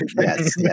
Yes